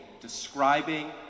describing